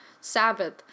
Sabbath